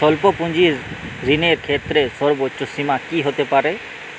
স্বল্প পুঁজির ঋণের ক্ষেত্রে সর্ব্বোচ্চ সীমা কী হতে পারে?